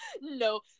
No